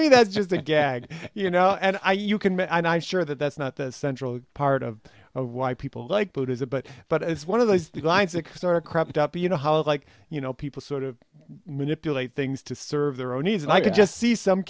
me that's just a gag you know and i you can but i'm sure that that's not the central part of why people like buddhism but but it's one of those the lines that sort of crept up you know how like you know people sort of manipulate things to serve their own needs and i could just see some